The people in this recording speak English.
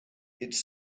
its